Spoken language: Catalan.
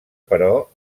però